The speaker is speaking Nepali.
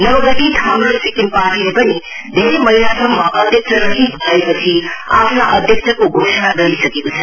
नव गठित हाम्रो सिक्किम पार्टीले पनि धेरै महिसासम्म अध्यक्ष रहित भएपछि आफ्ना अध्यक्षको घोषणा गरिसकेको छ